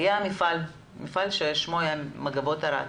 היה מפעל ששמו היה מגבות ערד.